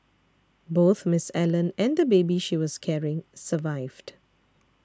both Miss Allen and the baby she was carrying survived